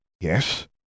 Yes